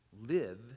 Live